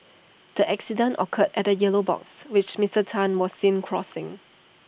the accident occurred at A yellow box which Mister Tan was seen crossing